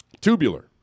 Tubular